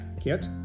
kit